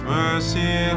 mercy